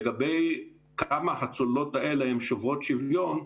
לגבי כמה הצוללות האלה הן שוברות שוויון,